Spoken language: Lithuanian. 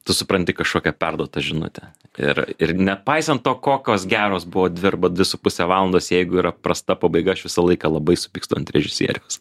tu supranti kažkokią perduotą žinutę ir ir nepaisant to kokios geros buvo dvi arba dvi su puse valandos jeigu yra prasta pabaiga aš visą laiką labai supykstu ant režisieriaus